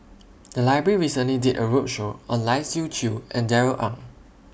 The Library recently did A roadshow on Lai Siu Chiu and Darrell Ang